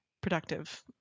productive